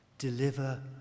Deliver